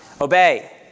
obey